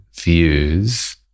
views